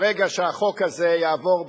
ברגע שהחוק הזה יעבור בכנסת,